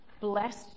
blessed